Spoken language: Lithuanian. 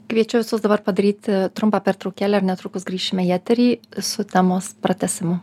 kviečiu visus dabar padaryti trumpą pertraukėlę ir netrukus grįšime į eterį su temos pratęsimu